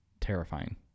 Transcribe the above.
terrifying